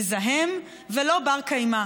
מזהם ולא בר-קיימא,